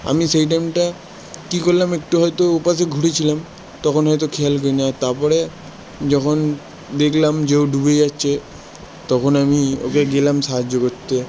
আমি সেই টাইমটা কি করলাম একটু হয়তো ওপাশে ঘুরেছিলাম তখন হয়তো খেয়াল করিনি আর তারপরে যখন দেখলাম যে ও ডুবে যাচ্ছে তখন আমি ওকে গেলাম সাহায্য করতে